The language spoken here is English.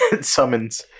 summons